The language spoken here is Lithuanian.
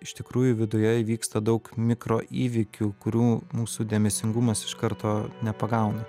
iš tikrųjų viduje įvyksta daug mikroįvykių kurių mūsų dėmesingumas iš karto nepagauna